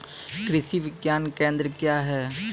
कृषि विज्ञान केंद्र क्या हैं?